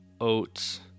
oats